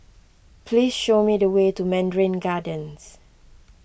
please show me the way to Mandarin Gardens